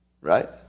Right